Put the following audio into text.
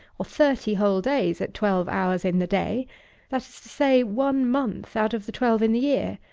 or thirty whole days, at twelve hours in the day that is to say, one month out of the twelve in the year,